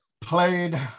Played